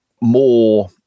more